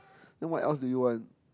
then what else do you want